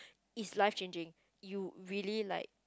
it's life changing you really like